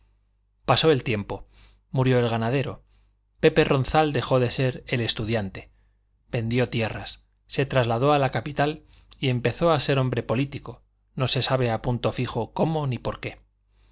pasó el tiempo murió el ganadero pepe ronzal dejó de ser el estudiante vendió tierras se trasladó a la capital y empezó a ser hombre político no se sabe a punto fijo cómo ni por qué